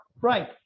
right